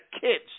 kids